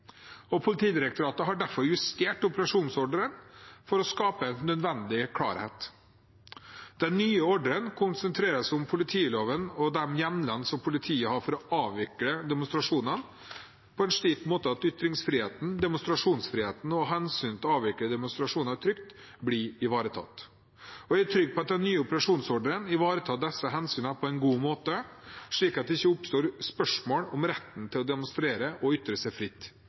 og Politidirektoratet har derfor justert operasjonsordren for å skape en nødvendig klarhet. Den nye ordren konsentrerer seg om politiloven og de hjemlene som politiet har for å avvikle demonstrasjonene på en slik måte at ytringsfriheten, demonstrasjonsfriheten og hensynet til å avvikle demonstrasjoner trygt, blir ivaretatt. Jeg er trygg på at den nye operasjonsordren ivaretar disse hensynene på en god måte, slik at det ikke oppstår spørsmål om retten til å demonstrere og ytre seg fritt.